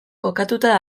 kokatuta